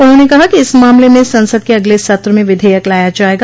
उन्होंने कहा कि इस मामले में संसद के अगले सत्र में विधेयक लाया जाएगा